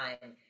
time